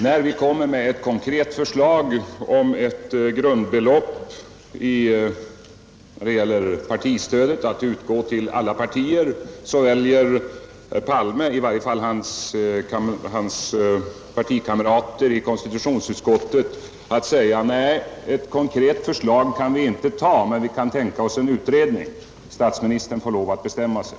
Då vi kommer med ett konkret förslag om ett grundbelopp när det gäller partistödet att utgå till alla partier väljer herr Palme — i varje fall hans partikamrater i konstitutionsutskottet — att säga: Nej, ett konkret förslag kan vi inte ta, men vi kan tänka oss en utredning. Statsministern får lov att bestämma sig.